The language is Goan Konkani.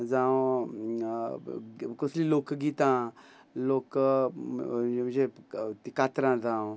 जावं कसली लोकगितां लोक म्हणजे कातरां जावं